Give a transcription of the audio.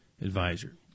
advisor